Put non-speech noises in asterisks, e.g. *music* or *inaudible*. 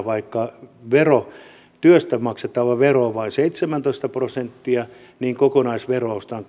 *unintelligible* vaikka työstä maksettava vero on vain seitsemäntoista prosenttia niin kokonaisveroaste on *unintelligible*